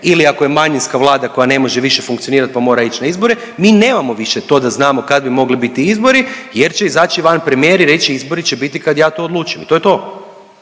ili ako je manjinska vlada koja ne može više funkcionirat pa mora ić na izbore, mi nemamo više to da znamo kad bi mogli biti izbor jer će izaći van premijer i reći izbori će biti kad ja to odlučim i to je to.